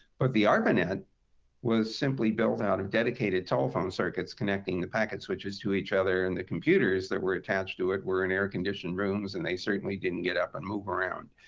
but the arpanet was simply built out of dedicated telephone circuits connecting the packet switches to each other. and the computers that were attached to it were in air-conditioned rooms. and they certainly didn't get up and move around.